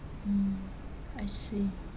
mm I see